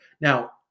now